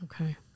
Okay